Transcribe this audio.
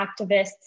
activists